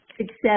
success